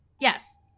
Yes